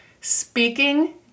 speaking